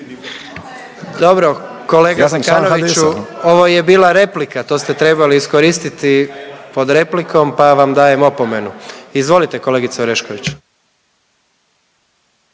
Dobro, kolega Zekanoviću ovo je bila replika, to ste trebali iskoristiti pod replikom, pa vam dajem opomenu. Izvolite kolegice Orešković.